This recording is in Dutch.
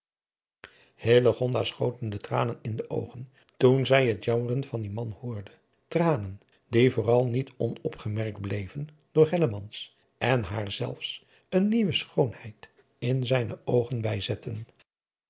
schoten de tranen in de oogen toen zij het jammeren van dien man hoorde tranen die vooral niet onopgemerkt bleven door helleadriaan loosjes pzn het leven van hillegonda buisman mans en haar zelfs een nieuwe schoonheid in zijne oogen